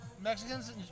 Mexicans